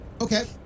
Okay